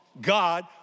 God